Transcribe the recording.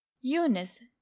Eunice